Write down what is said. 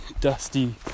dusty